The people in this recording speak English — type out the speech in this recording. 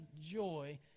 joy